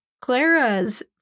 Clara's